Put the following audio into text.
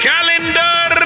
Calendar